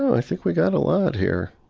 i think we got a lot here.